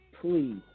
please